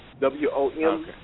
W-O-M